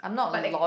but like